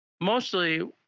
mostly